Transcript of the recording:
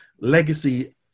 Legacy